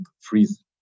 freeze